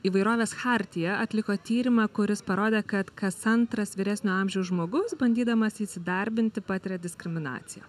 įvairovės chartija atliko tyrimą kuris parodė kad kas antras vyresnio amžiaus žmogus bandydamas įsidarbinti patiria diskriminaciją